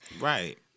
Right